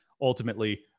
ultimately